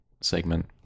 segment